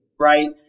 right